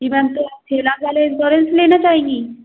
जी ma'am तो आप छः लाख वाले इन्श्योरेन्स लेना चाहेंगी